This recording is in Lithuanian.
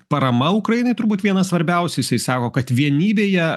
parama ukrainai turbūt vienas svarbiausių jisai sako kad vienybėje